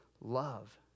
love